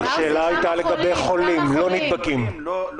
השאלה הייתה לגבי חולים, לא חשודים.